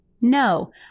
no